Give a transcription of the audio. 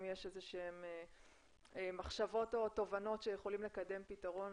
יש איזה שהן מחשבות או תובנות שיכולות לקדם פתרון